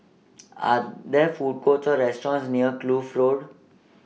Are There Food Courts Or restaurants near Kloof Road